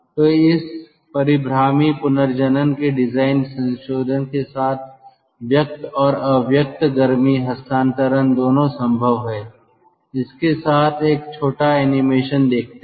तो इस परीभ्रामी पुनर्जनन के डिजाइन संशोधन के साथ व्यक्त और अव्यक्त गर्मी हस्तांतरण दोनों संभव है इसके साथ एक छोटा एनीमेशन देखते हैं